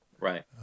right